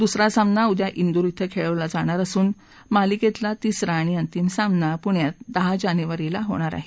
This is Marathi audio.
दुसरा सामना उद्या ड्रि कें खेळवला जाणार असून तिसरा आणि अंतिम सामना पुण्यात दहा जानेवारीला होणार आहे